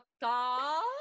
go